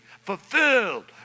fulfilled